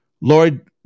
Lord